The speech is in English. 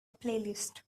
playlist